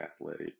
athletic